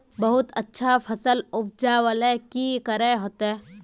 बहुत अच्छा फसल उपजावेले की करे होते?